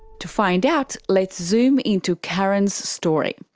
to find out, let's zoom in to karen's story.